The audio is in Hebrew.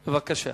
בבקשה.